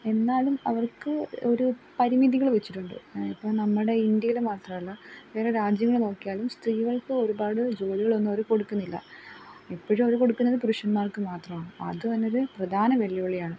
എന്നാലും അവർക്ക് ഒരു പരിമിതികൾ വെച്ചിട്ടുണ്ട് അപ്പം നമ്മുടെ ഇന്ത്യയിൽ മാത്രം അല്ല വേറെ രാജ്യങ്ങളിൽ നോക്കിയാലും സ്ത്രീകൾക്ക് ഒരുപാട് ജോലികളൊന്നും അവർ കൊടുക്കുന്നില്ല എപ്പോഴും അവർ കൊടുക്കുന്നത് പുരുഷന്മാർക്ക് മാത്രമാണ് അത് തന്നെ ഒരു പ്രധാന വെല്ലുവിളിയാണ്